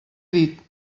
dit